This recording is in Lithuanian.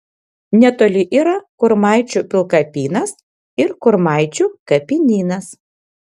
netoli yra kurmaičių pilkapynas ir kurmaičių kapinynas